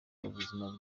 ubuzima